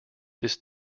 this